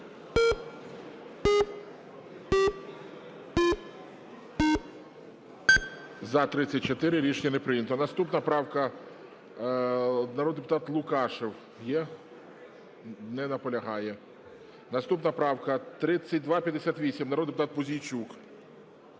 За-34 Рішення не прийнято. Наступна правка, народний депутат Лукашев є? Не наполягає. Наступна правка 3258, народний депутат Пузійчук.